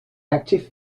active